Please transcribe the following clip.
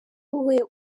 wowe